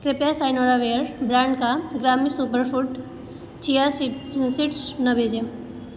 कृपया साइनोरावेयर ब्रांड का ग्रामी super food chia seeds seeds न भेजें